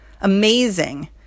Amazing